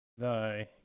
thy